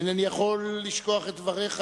אינני יכול לשכוח את דבריך